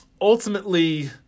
ultimately